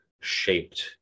shaped